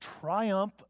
Triumph